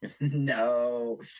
No